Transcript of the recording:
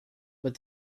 but